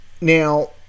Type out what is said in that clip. Now